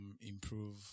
improve